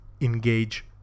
engage